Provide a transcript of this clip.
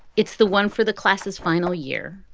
it's the one for the classes final year.